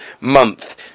month